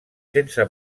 sense